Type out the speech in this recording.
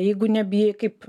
jeigu nebijai kaip